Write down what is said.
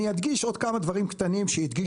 אני אדגיש עוד כמה דברים קטנים שהדגישו פה.